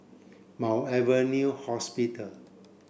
Mount Alvernia Hospital